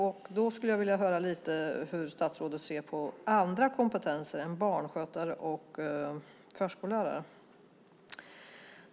Jag skulle därför lite grann vilja höra hur statsrådet ser på andra kompetenser än barnskötare och förskollärare.